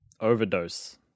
Overdose